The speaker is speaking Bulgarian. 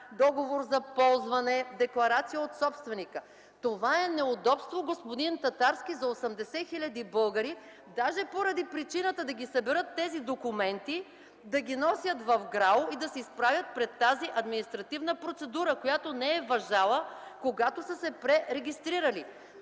договор за ползване, декларация от собственика. Това е неудобство, господин Татарски, за 80 000 българи, даже поради причината да съберат тези документи, да ги носят в ГРАО и да се изправят пред тази административна процедура, която не е действала, когато са се пререгистрирали.